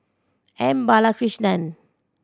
M Balakrishnan